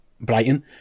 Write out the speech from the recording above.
Brighton